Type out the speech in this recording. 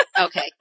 Okay